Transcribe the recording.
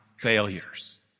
failures